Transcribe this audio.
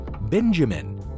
Benjamin